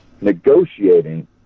negotiating